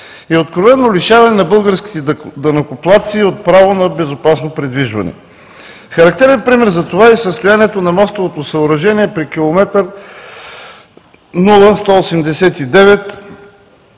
и откровено лишаване на българските данъкоплатци от право на безопасно придвижване. Характерен пример за това е състоянието на мостово съоръжение при километър